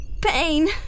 Pain